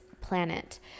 planet